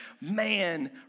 Man